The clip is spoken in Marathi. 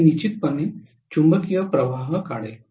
हे निश्चितपणे चुंबकीय प्रवाह काढेल